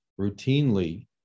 routinely